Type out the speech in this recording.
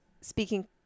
speaking